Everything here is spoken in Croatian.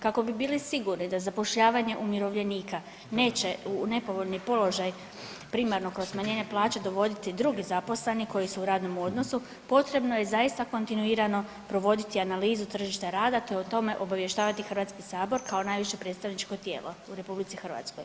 Kako bi bili sigurni da zapošljavanje umirovljenika neće u nepovoljni položaj primarno kroz smanjenje plaće dovoditi drugi zaposleni koji su u radnom odnosu potrebno je zaista kontinuirano provoditi analizu tržišta rada, te o tome obavještavati HS kao najviše predstavničko tijelo u RH.